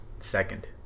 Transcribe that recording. Second